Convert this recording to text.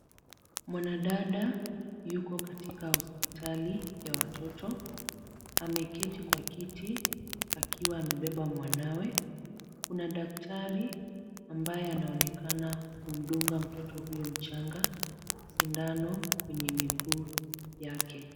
Mwanadada yuko katika hospitali ya watoto. Ameketi kwa kiti akiwa amebeba mwanawe. Kuna daktari ambaye anaonekana kumdunga mtoto huyo mchanga sindano kwenye miguu yake.